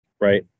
right